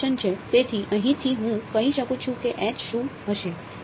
તેથી અહીંથી હું કહી શકું છું કે શું હશે